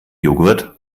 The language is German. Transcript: joghurt